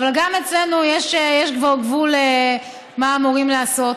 אבל גם אצלנו יש כבר גבול למה שאמורים לעשות.